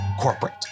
corporate